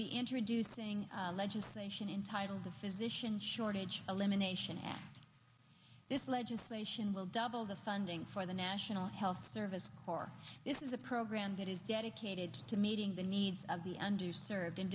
be introducing legislation in title the physician shortage elimination at this legislation will double the funding for the national health service corps this is a program that is dedicated to meeting the needs of the under served and